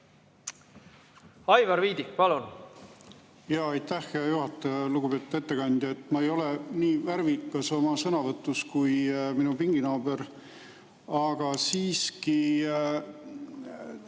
Aivar Viidik, palun!